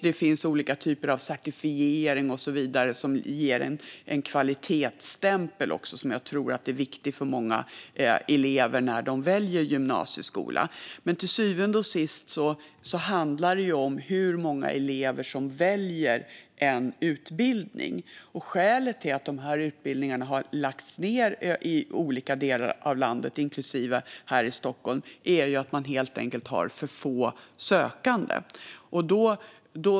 Det finns olika typer av certifieringar och så vidare som ger en kvalitetsstämpel som jag tror är viktig för många elever när de väljer gymnasieskola. Men till syvende och sist handlar det om hur många elever som väljer en utbildning. Skälet till att dessa utbildningar har lagts ned i olika delar av landet, inklusive i Stockholm, är att man helt enkelt har för få sökande.